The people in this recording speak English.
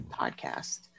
podcast